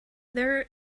there